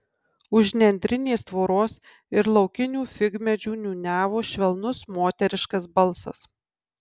už nendrinės tvoros ir laukinių figmedžių niūniavo švelnus moteriškas balsas